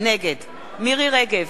נגד מירי רגב,